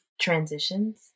transitions